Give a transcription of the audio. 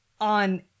on